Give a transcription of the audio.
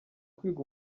kwiga